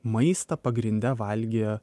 maistą pagrinde valgė